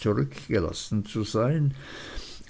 zurückgelassen zu sein